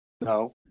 No